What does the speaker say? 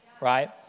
right